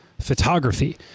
photography